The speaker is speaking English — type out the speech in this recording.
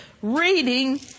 Reading